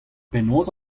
penaos